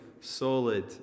solid